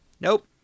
Nope